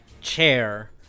chair